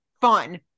fun